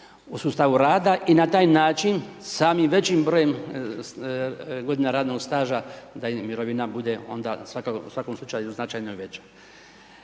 u sustavu rada i na taj način samim, većim brojem godina radnog staža da im mirovina onda bude u svakom slučaju značajno veća.